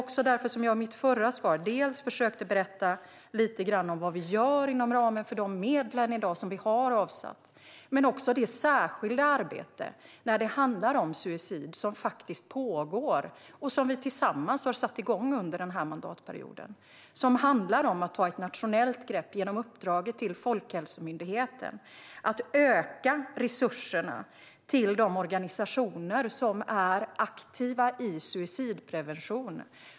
I mitt förra svar försökte jag berätta dels vad regeringen gör inom ramen för de medel som i dag finns avsatta, dels om det särskilda arbete om suicid som pågår och har satts igång under mandatperioden. Det handlar om att ta ett nationellt grepp genom uppdraget till Folkhälsomyndigheten. Det är fråga om att öka resurserna till de organisationer som är aktiva i suicidprevention.